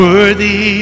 Worthy